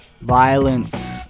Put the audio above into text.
violence